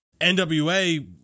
NWA